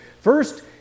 first